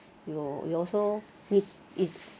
you you also need it